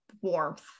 warmth